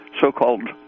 so-called